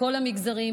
מכל המגזרים,